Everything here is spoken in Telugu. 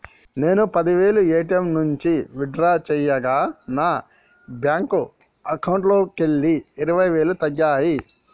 నేను పది వేలు ఏ.టీ.యం నుంచి విత్ డ్రా చేయగా నా బ్యేంకు అకౌంట్లోకెళ్ళి ఇరవై వేలు తగ్గాయి